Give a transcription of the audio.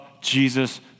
Jesus